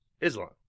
Islam